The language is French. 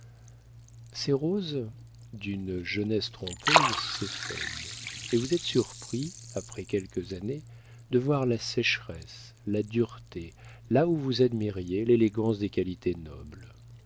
ces roses d'une jeunesse trompeuse s'effeuillent et vous êtes surpris après quelques années de voir la sécheresse la dureté là où vous admiriez l'élégance des qualités nobles